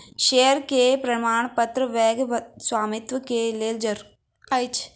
share के प्रमाणपत्र वैध स्वामित्व के लेल जरूरी अछि